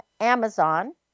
Amazon